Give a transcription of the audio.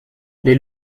les